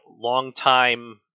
long-time